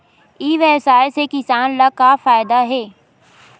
ई व्यवसाय से किसान ला का फ़ायदा हे?